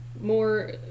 more